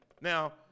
Now